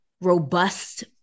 robust